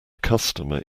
customer